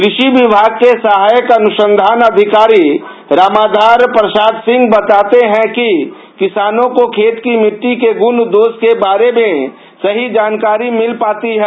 कृषि विभाग के सहायक अनुसंधान अधिकारी रामाधार प्रसाद सिंह बताते हैं कि किसानों को खेत की मिटटी के गुण दोष के बारे में सही जानकारी मिल पाती है